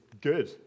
good